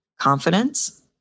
confidence